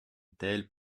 telle